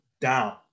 down